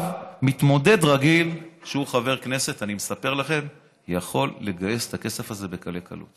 מתמודד רגיל שהוא חבר כנסת יכול לגייס את הכסף הזה בקלי קלות.